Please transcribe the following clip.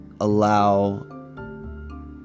allow